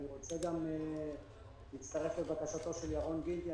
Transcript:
אני רוצה גם להצטרף לבקשתו של ירון גינדי.